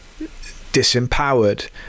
disempowered